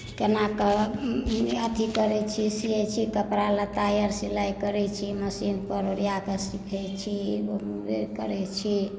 केना कऽ अथी करैत छी सियैत छी कपड़ा लत्ता आओर सिलाइ करैत छी मशीनपर ओरिया कऽ सीखैत छी करैत छी